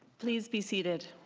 please be seated.